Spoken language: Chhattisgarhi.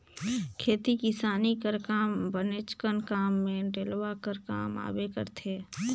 खेती किसानी कर बनेचकन काम मे डेलवा हर काम आबे करथे